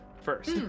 first